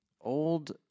old